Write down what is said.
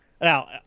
Now